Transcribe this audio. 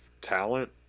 talent